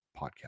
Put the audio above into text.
podcast